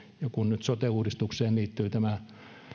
kun nyt sote uudistukseen liittyy tämä